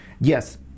Yes